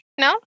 No